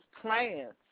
plans